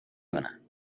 کنن